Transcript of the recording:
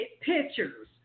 pictures